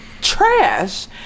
trash